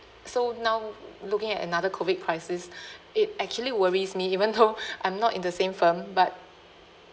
so now looking at another COVID crisis it actually worries me even though I'm not in the same firm but